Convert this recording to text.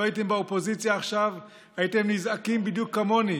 לו הייתם באופוזיציה עכשיו הייתם נזעקים בדיוק כמוני.